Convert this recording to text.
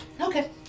Okay